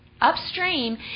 upstream